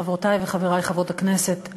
חברותי וחברי חברות הכנסת,